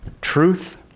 truth